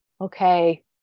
Okay